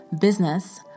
business